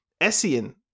Essien